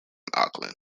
auckland